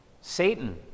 Satan